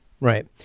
right